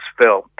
film